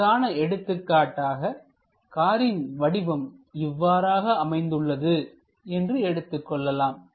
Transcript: அதற்கான எடுத்துக்காட்டாக காரின் வடிவம் இவ்வாறாக அமைந்துள்ளது என்று எடுத்துக் கொள்ளலாம்